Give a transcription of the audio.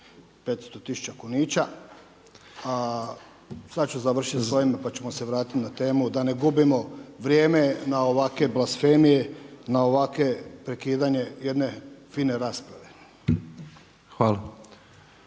500 tisuća kunića. Sad ću završiti sa ovime pa ću se vratiti na temu da ne gubimo vrijeme na ovakve blasfemije, na ovake prekidanje jedne fine rasprave.